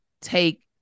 take